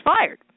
fired